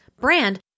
brand